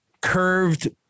curved